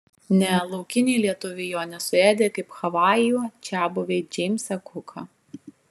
ne laukiniai lietuviai jo nesuėdė kaip havajų čiabuviai džeimsą kuką